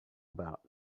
about